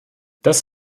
das